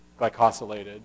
glycosylated